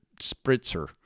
spritzer